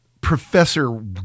professor